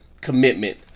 commitment